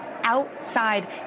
outside